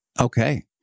Okay